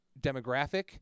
demographic